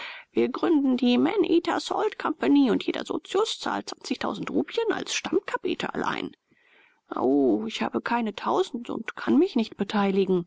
wir gründen die maneater salt company und jeder sozius zahlt zwanzigtausend rupien als stammkapital ein au ich habe keine tausend und kann mich nicht beteiligen